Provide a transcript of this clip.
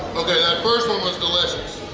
okay that first one was delicious!